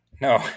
No